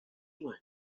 went